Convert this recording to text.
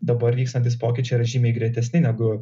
dabar vykstantys pokyčiai yra žymiai greitesni negu